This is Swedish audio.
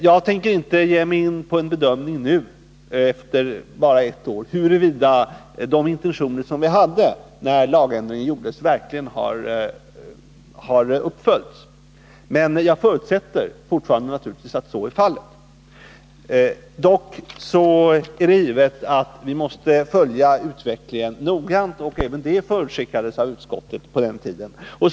Jag tänker inte nu efter bara ett år ge mig in på en bedömning, huruvida de intentioner som vi hade när lagändringen gjordes verkligen har fullföljts, men jag förutsätter naturligtvis att så är fallet. Dock är det givet att vi måste följa utvecklingen noggrant. Även det förutskickades av utskottet, då lagen antogs.